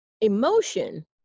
emotion